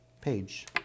page